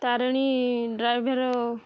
Tarini driver